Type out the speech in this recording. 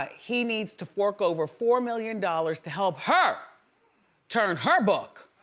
ah he needs to fork over four million dollars to help her turn her book,